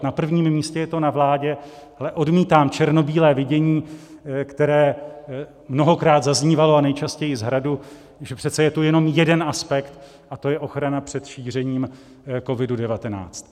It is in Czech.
Na prvním místě je to na vládě, ale odmítám černobílé vidění, které mnohokrát zaznívalo, a nejčastěji z Hradu, že přece je tu jenom jeden aspekt, a to je ochrana před šířením COVID19.